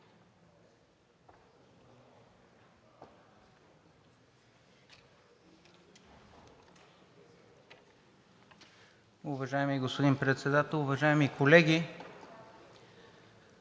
Уважаеми господин Председател, уважаеми колеги!